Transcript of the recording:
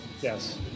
Yes